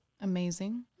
amazing